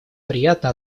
приятно